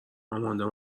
آماندا